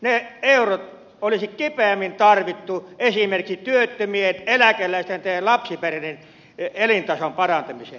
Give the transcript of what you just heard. ne eurot olisi kipeämmin tarvittu esimerkiksi työttömien eläkeläisten ja lapsiperheiden elintason parantamiseen